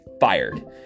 fired